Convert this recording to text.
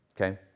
okay